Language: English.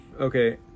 okay